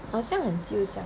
好像很久这样